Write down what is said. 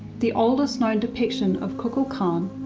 the oldest known depiction of kukulcan,